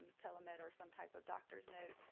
tele med or some type of doctor's note